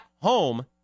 home